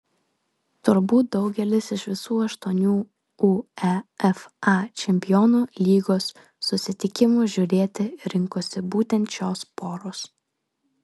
turbūt daugelis iš visų aštuonių uefa čempionų lygos susitikimų žiūrėti rinkosi būtent šios poros